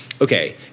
Okay